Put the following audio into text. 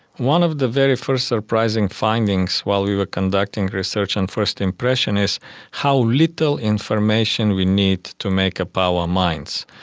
one of the very first surprising findings while we were conducting research on first impression is how little information we need to make up our minds.